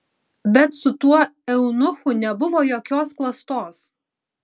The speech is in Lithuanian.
bet su tuo eunuchu nebuvo jokios klastos